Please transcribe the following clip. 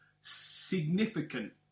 significant